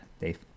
Dave